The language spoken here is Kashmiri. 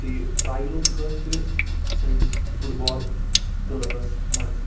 ژٕ یہِ ٹرٛایلو خٲطرٕ سٲنِس فُٹ بال کٕلبَس منٛز